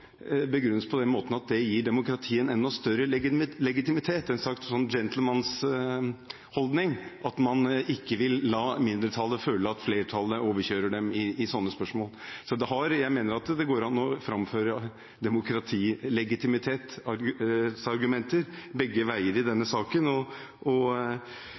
begrunnes på den måten at det gir demokratiet en enda større legitimitet, en slags «gentleman’s» holdning, ved at man ikke vil la mindretallet føle at flertallet overkjører dem i slike spørsmål. Så jeg mener at det går an å framføre demokratilegitimitetsargumenter begge veier i